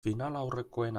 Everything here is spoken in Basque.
finalaurrekoen